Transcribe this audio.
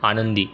आनंदी